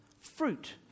fruit